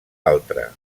altre